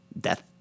death